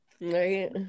Right